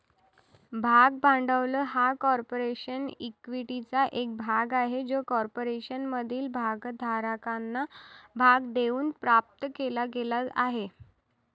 भाग भांडवल हा कॉर्पोरेशन इक्विटीचा एक भाग आहे जो कॉर्पोरेशनमधील भागधारकांना भाग देऊन प्राप्त केला गेला आहे